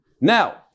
now